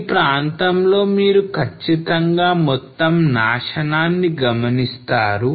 ఈ ప్రాంతంలో మీరు కచ్చితంగా మొత్తం నాశనాన్ని గమనిస్తారు